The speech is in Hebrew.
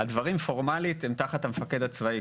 הדברים פורמלית הם תחת המפקד הצבאי,